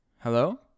Hello